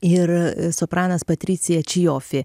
ir sopranas patricija čijofi